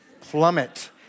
plummet